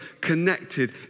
connected